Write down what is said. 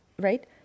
right